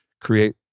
create